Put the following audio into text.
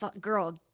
girl